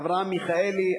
אברהם מיכאלי,